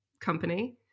company